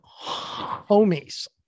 homies